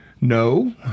No